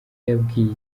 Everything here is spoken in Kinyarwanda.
yabwiye